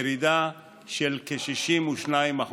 ירידה של כ-62%.